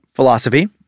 Philosophy